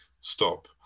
stop